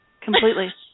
completely